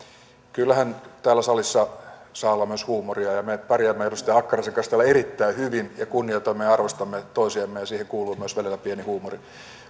kyllähän täällä salissa saa olla myös huumoria ja me pärjäämme edustaja hakkaraisen kanssa täällä erittäin hyvin ja kunnioitamme ja arvostamme toisiamme ja siihen kuuluu välillä myös pieni huumori